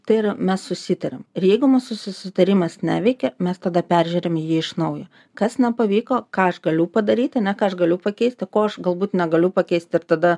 tai yra mes susitariam ir jeigu mūsų susitarimas neveikia mes tada peržiūrim jį iš naujo kas nepavyko ką aš galiu padaryt ane ką aš galiu pakeist ko aš galbūt negaliu pakeist ir tada